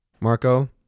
Marco